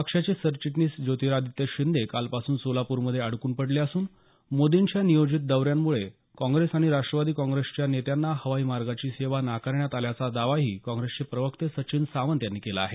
पक्षाचे सरचिटणीस ज्योतिरादित्य शिंदे काल पासून सोलाप्रमधे अडकून पडले असून मोदींच्या नियोजित दौ यांमुळे काँग्रेस आणि राष्ट्रवादी काँग्रेसच्या नेत्यांना हवाई मार्गाची सेवा नाकारण्यात आल्याचा दावाही काँग्रेसचे प्रवक्ते सावंत यांनी केला आहे